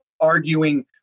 arguing